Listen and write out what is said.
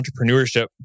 entrepreneurship